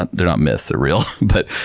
ah they're not myths. they're real. but,